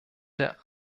der